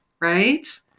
right